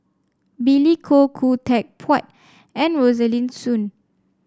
Billy Koh Khoo Teck Puat and Rosaline Soon